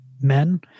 men